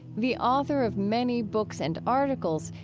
the author of many books and articles,